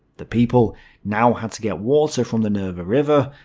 the people now had to get water from the neva river,